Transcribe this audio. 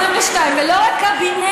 22. 22. ולא רק לקבינט,